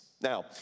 Now